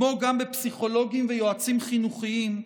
כמו גם בפסיכולוגים ויועצים חינוכיים,